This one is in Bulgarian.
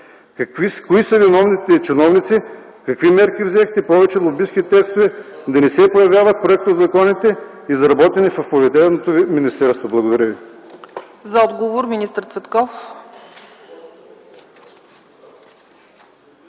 Кои са виновните чиновници? Какви мерки взехте повече лобистки текстове да не се появяват в проектозаконите, изработени в повереното Ви министерство? Благодаря ви.